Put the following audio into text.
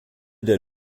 der